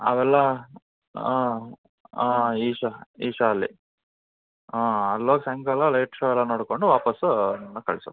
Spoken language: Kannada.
ಅವೆಲ್ಲ ಹಾಂ ಹಾಂ ಈಶ ಈಶ ಅಲ್ಲಿ ಹಾಂ ಅಲ್ಲೋಗಿ ಸಾಯಂಕಾಲ ಲೈಟ್ ಶೋ ಎಲ್ಲಾ ನೋಡಿಕೊಂಡು ವಾಪಾಸ್ಸು ನಿಮ್ಮನ್ನ ಕಳ್ಸೋದು